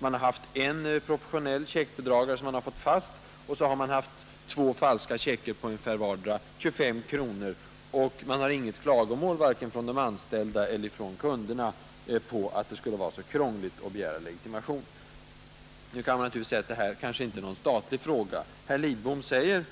Man har satt fast en professionell checkbedragare, och har fått två falska checkar på vardera ungefär 25 kronor. Det fanns inga klagomål vare sig från de anställda eller från kunderna över att det skulle vara krångligt att begära legitimation. Man kan hävda att detta inte är någon statlig angelägenhet. Herr Lidbom säger nu